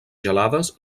gelades